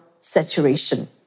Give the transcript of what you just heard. saturation